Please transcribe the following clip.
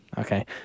Okay